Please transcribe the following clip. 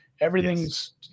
Everything's